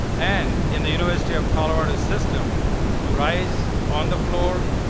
and in the university of colorado system to rise on the floor,